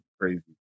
crazy